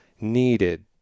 needed